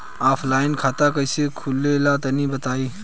Offline खाता कइसे खुले ला तनि बताई?